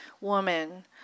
woman